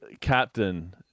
captain